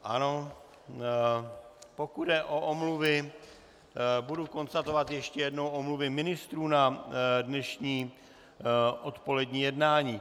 Ano, pokud jde o omluvy, budu konstatovat ještě jednou omluvy ministrů na dnešní odpolední jednání.